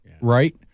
right